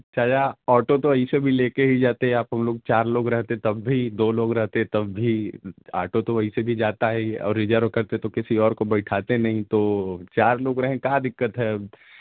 चाचा ऑटो तो ऐसे भी लेकर ही जाते आप हम लोग चार लोग रहते तब भी दो लोग रहते तब भी ऑटो तो वैसे भी जाता है और रिजर्व करते तो किसी और को बिठाते नहीं तो चार लोग रहे का दिक्कत है